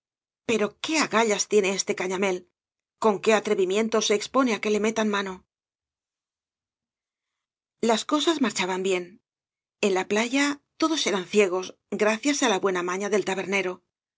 pero qué agallas tiene ese cañamél con qué atrevimiento se expone á que le metan manol las cosas marchaban bien en la playa todos eran ciegos gracias á la buena mafia del tabernero